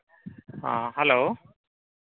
ᱦᱮᱸ ᱦᱮᱞᱳ